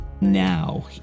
now